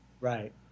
Right